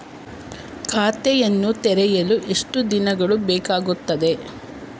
ಖಾತೆಯನ್ನು ತೆರೆಯಲು ಎಷ್ಟು ದಿನಗಳು ಬೇಕಾಗುತ್ತದೆ?